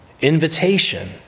invitation